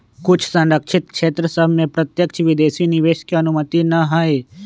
कुछ सँरक्षित क्षेत्र सभ में प्रत्यक्ष विदेशी निवेश के अनुमति न हइ